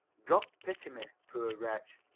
god pity me, poor wretch!